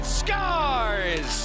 scars